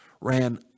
ran